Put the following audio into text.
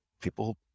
people